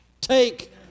take